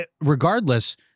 regardless